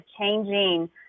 changing